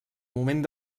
moment